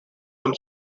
some